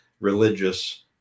religious